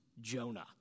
Jonah